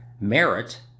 merit